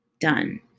Done